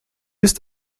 ist